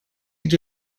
age